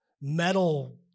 metal